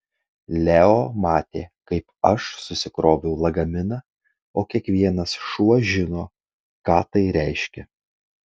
leo matė kaip aš susikroviau lagaminą o kiekvienas šuo žino ką tai reiškia